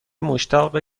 مشتاق